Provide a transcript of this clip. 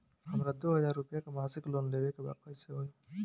हमरा दो हज़ार रुपया के मासिक लोन लेवे के बा कइसे होई?